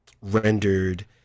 rendered